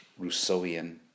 Rousseauian